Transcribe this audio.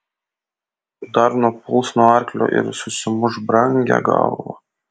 dar nupuls nuo arklio ir susimuš brangią galvą